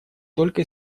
только